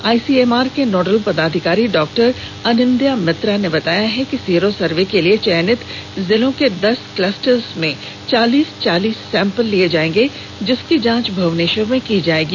ICMR के nodal पदाधिकारी डॉ अनिंदया मित्रा ने बताया कि सीरो सर्वे के लिए चयनित जिलों के दस क्लस्टरों में चालीस चालीस सैम्पल लिए जाएंगे जिसकी जांच भुवनेश्वर में की जाएगी